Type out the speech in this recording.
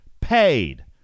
paid